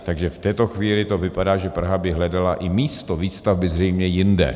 Takže v této chvíli to vypadá, že Praha by hledala i místo výstavby zřejmě jinde.